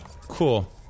Cool